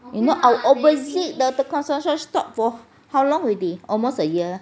you know our opposite the the construction stopped for how long already almost a year